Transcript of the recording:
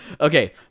Okay